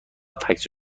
فکس